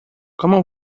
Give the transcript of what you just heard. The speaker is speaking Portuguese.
como